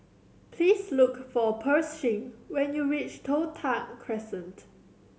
please look for Pershing when you reach Toh Tuck Crescent